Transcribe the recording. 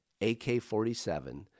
AK-47